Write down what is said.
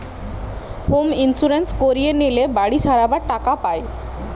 home insurance করিয়ে লিলে বাড়ি সারাবার টাকা পায়